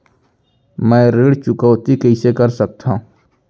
मैं ऋण चुकौती कइसे कर सकथव?